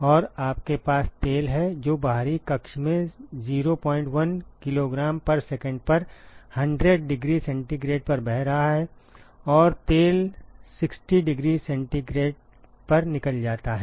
और आपके पास तेल है जो बाहरी कक्ष में 01 किग्रासेकेंड पर 100 0 C पर बह रहा है और तेल 60 0 C पर निकल जाता है